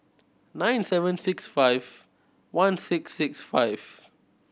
nine seven six five one six six five